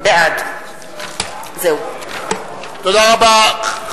בעד תודה רבה.